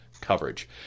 coverage